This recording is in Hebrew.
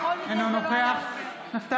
אינו נוכח יואב בן צור,